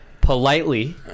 politely